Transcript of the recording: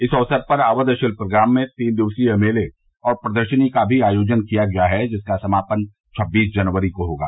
इस अवसर पर अवध शिल्पग्राम में तीन दिवसीय मेले और प्रदर्शनी का भी आयोजन किया गया है जिसका समापन छब्बीस जनवरी को होगा